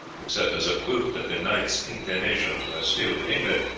except as a proof that the knight's inclinations were still with england,